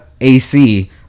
ac